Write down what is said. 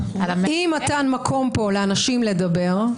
אי-מתן מקום פה לאנשים לדבר,